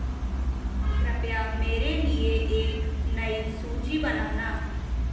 कृपया मेरे लिए एक नई सूची बनाना